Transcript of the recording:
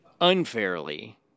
unfairly